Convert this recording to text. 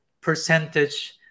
percentage